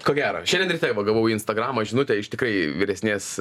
ko gero šiandien ryte va gavau į instagramą žinutę iš tikrai vyresnės